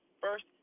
first